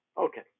Okay